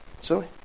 Sorry